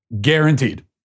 Guaranteed